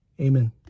Amen